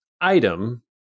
item